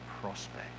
prospect